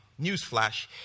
Newsflash